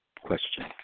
Question